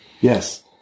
Yes